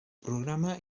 programa